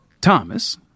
Thomas